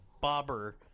bobber